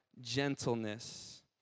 gentleness